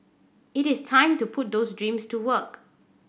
it is time to put those dreams to work